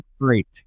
Great